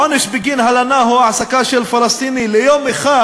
עונש בגין הלנה או העסקה של פלסטיני ליום אחד,